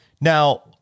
now